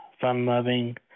fun-loving